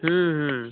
हम्म हम्म